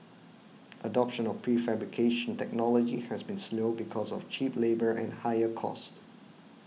adoption of prefabrication technology has been slow because of cheap labour and higher cost